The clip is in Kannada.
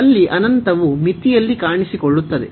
ಅಲ್ಲಿ ಅನಂತವು ಮಿತಿಯಲ್ಲಿ ಕಾಣಿಸಿಕೊಳ್ಳುತ್ತದೆ